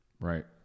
Right